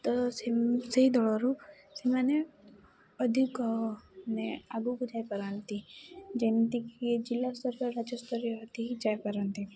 ତ ସେ ସେହି ଦଳରୁ ସେମାନେ ଅଧିକ ମାନେ ଆଗକୁ ଯାଇପାରନ୍ତି ଯେମିତିକି ଜିଲ୍ଲାସ୍ତରୀୟ ରାଜ୍ୟସ୍ତରୀୟ ଆଦି ଯାଇପାରନ୍ତି